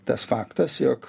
tas faktas jog